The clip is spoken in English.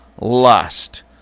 lust